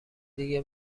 دیگه